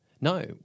No